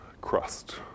crust